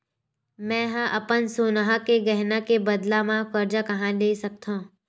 मेंहा अपन सोनहा के गहना के बदला मा कर्जा कहाँ ले सकथव?